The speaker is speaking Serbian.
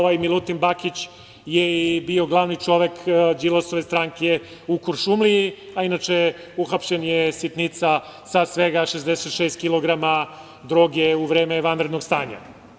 Ovaj Milutin Bakić je bio glavni čovek Đilasove stranke u Kuršumliji, a inače uhapšen je, sitnica, sa svega 66 kg droge u vreme vanrednog stanja.